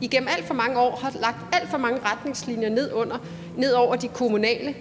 igennem alt for mange år har lagt alt for mange retningslinjer ned over de kommunale